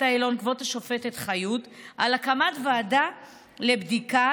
העליון כבוד השופטת חיות על הקמת ועדה לבדיקת